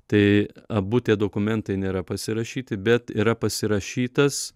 tai abu tie dokumėntai nėra pasirašyti bet yra pasirašytas